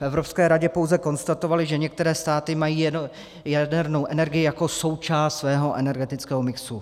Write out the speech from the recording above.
V Evropské radě pouze konstatovali, že některé státy mají jadernou energii jako součást svého energetického mixu.